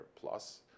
plus